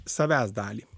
savęs dalį